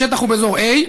השטח הוא באזור A,